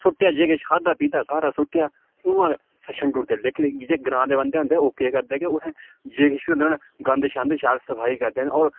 सुट्टेआ जे किश खाद्धा पीता सारा सुट्टेआ उ'आं गै छंडू ओड़दे लेकिन जे ग्रांऽ दे बन्दे होदे ओह् केह् करदे कि उ'त्थें जे किश बी होंदा ना गंद शंद शैल सफाई करदे न होर